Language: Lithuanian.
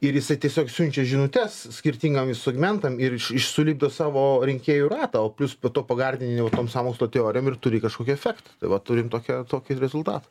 ir jisai tiesiog siunčia žinutes skirtingam segmentam ir iš iš sulipdo savo rinkėjų rato o plius po to pagardini jau tom sąmokslo teorijom ir turi kažkokį efekt tai va turim tokią tokį ir rezultatą